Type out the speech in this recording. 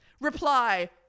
Reply